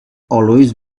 always